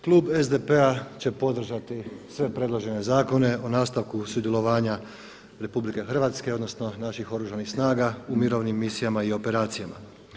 Klub SDP-a će podržati sve predložene zakone o nastavku sudjelovanja RH odnosno naših Oružanih snaga u mirovnim misijama i operacijama.